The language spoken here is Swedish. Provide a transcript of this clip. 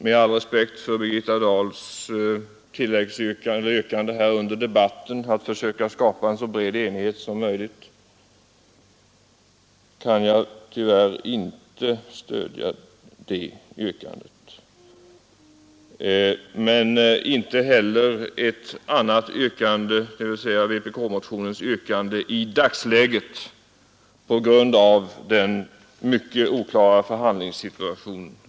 Med all respekt för Birgitta Dahls yrkande under debatten för att försöka skapa en så bred enighet som möjligt kan jag ändå inte stödja det yrkandet — men inte heller vpk-motionens yrkande i dagsläget på grund av den mycket oklara förhandlingssituationen.